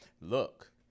look